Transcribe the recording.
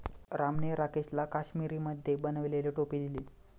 रामने राकेशला काश्मिरीमध्ये बनवलेली टोपी दिली